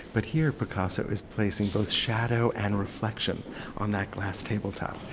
but here picasso is placing both shadow and reflection on that glass tabletop.